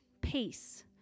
peace